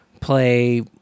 play